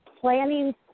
planning